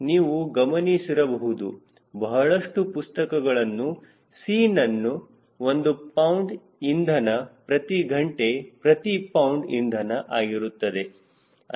ನೀವು ಗಮನಿಸಿರಬಹುದು ಬಹಳಷ್ಟು ಪುಸ್ತಕಗಳಲ್ಲಿ Cನನ್ನು ಒಂದು ಪೌಂಡ್ ಇಂಧನ ಪ್ರತಿ ಗಂಟೆ ಪ್ರತಿ ಪೌಂಡ್ ಇಂಧನ ಆಗಿರುತ್ತದೆ